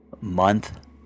month